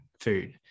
food